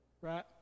Right